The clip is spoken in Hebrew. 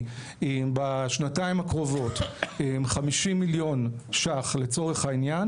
בשנתיים הקרובות 50 מיליון ש"ח לצורך העניין